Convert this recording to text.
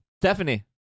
stephanie